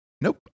nope